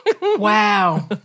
Wow